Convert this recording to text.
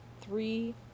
three